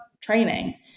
training